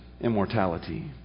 immortality